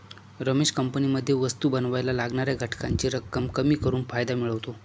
रमेश कंपनीमध्ये वस्तु बनावायला लागणाऱ्या घटकांची रक्कम कमी करून फायदा मिळवतो